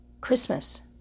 Christmas